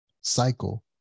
cycle